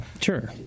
sure